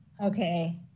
Okay